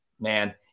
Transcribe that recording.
Man